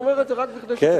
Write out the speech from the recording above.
אני אומר את זה רק כדי שתכירו